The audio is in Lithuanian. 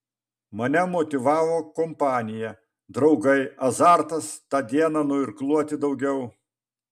mane motyvavo kompanija draugai azartas tą dieną nuirkluoti daugiau